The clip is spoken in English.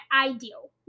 ideal